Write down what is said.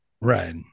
Right